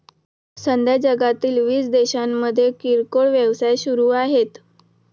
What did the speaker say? सध्या जगातील वीस देशांमध्ये किरकोळ व्यवसाय सुरू आहेत